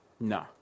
No